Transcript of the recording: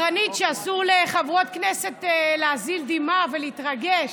שאסור לחברות כנסת להזיל דמעה ולהתרגש,